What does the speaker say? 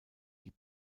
die